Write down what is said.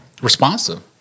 responsive